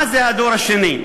מה זה הדור השני?